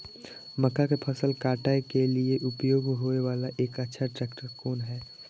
मक्का के फसल काटय के लिए उपयोग होय वाला एक अच्छा ट्रैक्टर कोन हय?